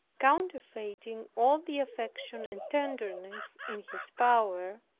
counterfeiting all the affection and tenderness in his power,